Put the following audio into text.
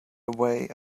away